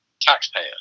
taxpayer